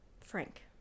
frank